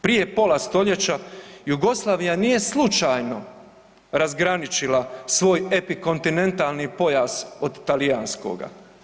Prije pola stoljeća Jugoslavija nije slučajno razgraničila svoj epikontinentalni pojas od talijanskoga.